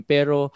Pero